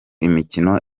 imikino